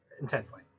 intensely